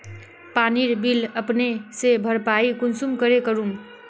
पानीर बिल अपने से भरपाई कुंसम करे करूम?